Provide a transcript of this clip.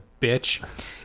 bitch